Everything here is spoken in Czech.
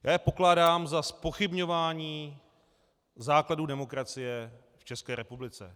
Já je pokládám za zpochybňování základů demokracie v České republice.